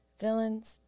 villains